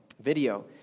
video